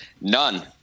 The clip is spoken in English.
None